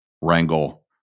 wrangle